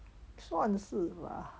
算是 lah